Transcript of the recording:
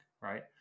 Right